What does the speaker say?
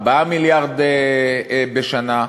4 מיליארד בשנה,